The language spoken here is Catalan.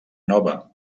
nova